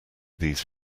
these